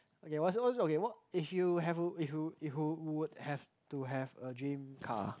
okay what's what's okay what if you have if you if you would have to have a dream car